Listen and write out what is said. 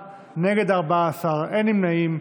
בעד, 47, נגד, 14, אין נמנעים.